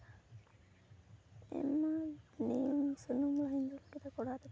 ᱮᱢᱟ ᱟᱫᱤᱧ ᱥᱩᱱᱩᱢ ᱞᱟᱦᱟᱧ ᱫᱩᱞ ᱠᱮᱫᱟ ᱠᱚᱲᱦᱟ ᱨᱮ ᱛᱟᱨᱯᱚᱨ